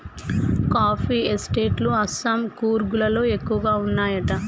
coffee estate లు అస్సాం, కూర్గ్ లలో ఎక్కువ వున్నాయట